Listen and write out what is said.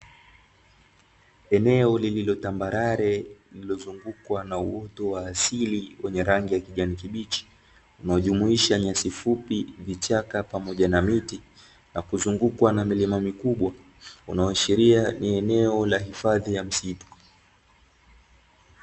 Eneo lililo tambarare lililozungukwa na uoto wa asili wenye rangi ya kijani kibichi, zinazojumuisha nyasi fupi, vichaka pamoja na miti na kuzungukwa na milima mikubwa, unaoashiria ni eneo la hifadhi ya misitu.